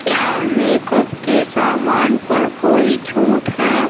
کیا makeup کے سامان پر کوئی چھوٹ ہے